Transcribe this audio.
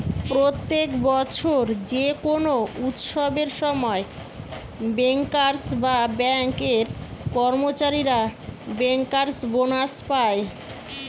প্রত্যেক বছর যে কোনো উৎসবের সময় বেঙ্কার্স বা বেঙ্ক এর কর্মচারীরা বেঙ্কার্স বোনাস পায়